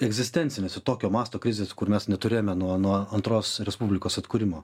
egzistencinėse tokio masto krizės kur mes neturėjome nuo nuo antros respublikos atkūrimo